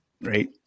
right